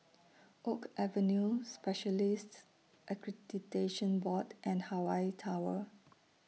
Oak Avenue Specialists Accreditation Board and Hawaii Tower